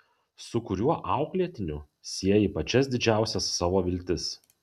su kuriuo auklėtiniu sieji pačias didžiausias savo viltis